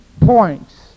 points